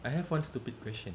I have one stupid question